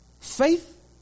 Faith